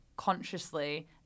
consciously